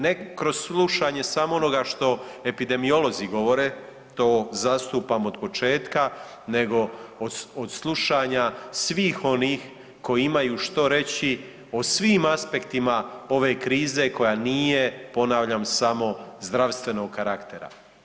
Ne kroz slušanje samo onoga što epidemiolozi govore, to zastupam od početka, nego od slušanja svih onih koji imaju što reći o svim aspektima ove krize koja nije ponavljam samo zdravstvenog karaktera.